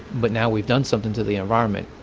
but now we've done something to the environment.